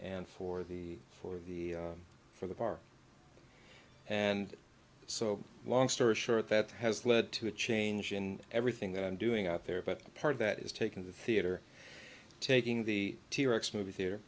and for the for the for the park and so long story short that has led to a change in everything that i'm doing out there but part of that is taking the theater taking the t rex movie theater